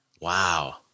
Wow